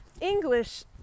English